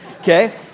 Okay